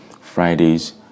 fridays